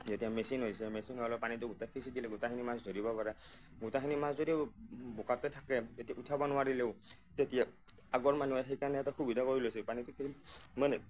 এতিয়া মেচিন হৈছে মেচিন হ'লে পানীটো গোটেই সিঁচি দিলে গোটেইখিনি মাছ ধৰিব পৰা গোটেইখিনি মাছ যদিওঁ বোকাতে থাকে এতিয়া উঠাব নোৱাৰিলেওঁ তেতিয়া আগৰ মানুহে সেই কাৰণে এটা সুবিধা কৰি লৈছিল পানীটো মানে